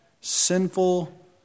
sinful